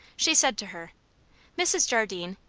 she said to her mrs. jardine,